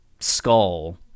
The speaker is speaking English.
skull